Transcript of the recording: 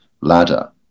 ladder